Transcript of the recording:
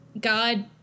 God